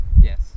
Yes